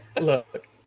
look